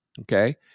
okay